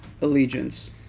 allegiance